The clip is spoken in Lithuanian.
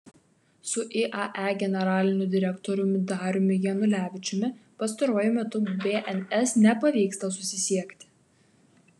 su iae generaliniu direktoriumi dariumi janulevičiumi pastaruoju metu bns nepavyksta susisiekti